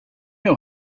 know